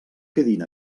quedin